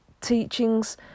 teachings